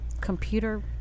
computer